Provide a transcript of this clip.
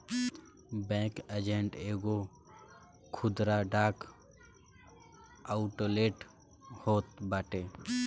banking agent एगो खुदरा डाक आउटलेट होत बाटे